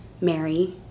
Mary